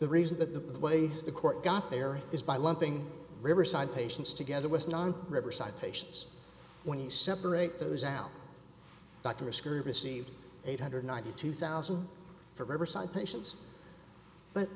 the reason that the way the court got there is by lumping riverside patients together with non riverside patients twenty separate those out doctor scurry received eight hundred and ninety two thousand for riverside patients but